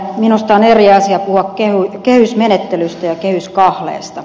minusta on eri asia puhua kehysmenettelystä ja kehyskahleesta